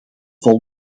vol